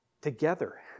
together